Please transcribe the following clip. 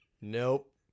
nope